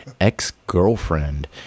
ex-girlfriend